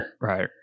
Right